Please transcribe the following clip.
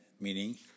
Meaning